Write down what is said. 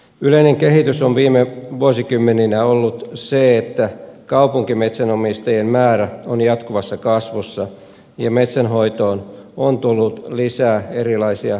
yleinen kehitys on viime vuosikymmeninä ollut se että kaupunkimetsänomistajien määrä on jatkuvassa kasvussa ja metsänhoitoon on tullut lisää erilaisia metsänhoitomenetelmiä